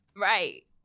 Right